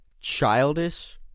childish